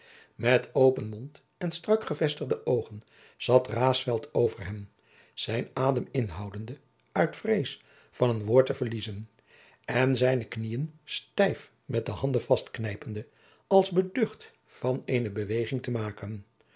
met open mond en strak gevestigde oogen zat raesfelt over hem zijn adem inhoudende uit vrees van een woord te verliezen en zijne kniëen stijf met de handen vastknijpende als beducht van eene beweging te maken